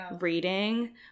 reading